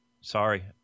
Sorry